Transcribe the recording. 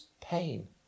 pain